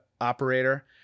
operator